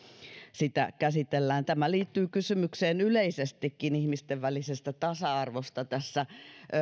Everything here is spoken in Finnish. sitä käsitellään tämä liittyy yleisestikin kysymykseen ihmisten välisestä tasa arvosta tässä